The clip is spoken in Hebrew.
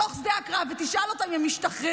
בתוך שדה הקרב ותשאל אותם אם הם משתחררים